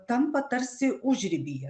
tampa tarsi užribyje